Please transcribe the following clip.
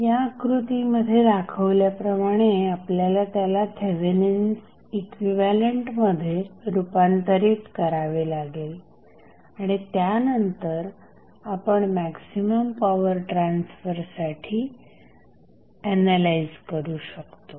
या आकृतीमध्ये दाखवल्याप्रमाणे आपल्याला त्याला थेवेनिन्स इक्विव्हॅलंटमध्ये रुपांतरीत करावे लागेल आणि त्यानंतर आपण मॅक्सिमम पॉवर ट्रान्सफरसाठी एनालाइझ करू शकतो